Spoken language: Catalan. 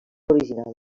original